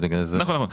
נכון.